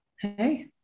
Hey